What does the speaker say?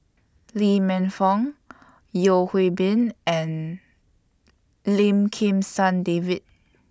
Lee Man Fong Yeo Hwee Bin and Lim Kim San David